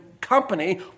company